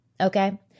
Okay